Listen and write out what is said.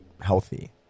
healthy